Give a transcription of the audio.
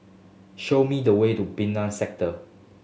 show me the way to Sector